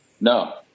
No